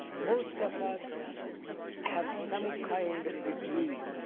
most of us have some kind of degree,